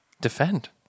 defend